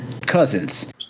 cousins